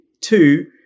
two